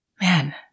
man